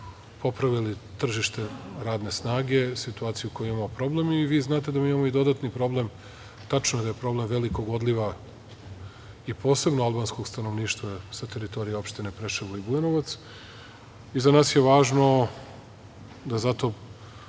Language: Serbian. popravili tržište radne snage, situaciju u kojoj imamo problem. Vi znate da mi imamo i dodatni problem, tačno je da je problem velikog odliva i posebno albanskog stanovništva sa teritorije opština Preševo i Bujanovac i za nas je važno da zato